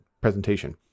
presentation